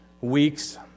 weeks